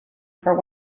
for